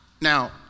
Now